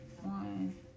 One